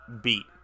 beat